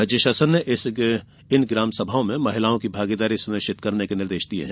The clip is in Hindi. राज्य शासन ने इन ग्राम सभाओं में महिलाओं की भागीदारी सुनिश्चित करने के निर्देश दिये है